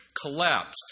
collapsed